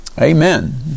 Amen